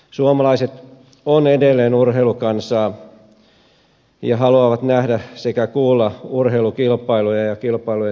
suomalaiset ovat edelleen urheilukansaa ja haluavat nähdä sekä kuulla urheilukilpailuja ja kilpailujen selostuksia